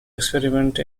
experiments